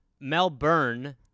Melbourne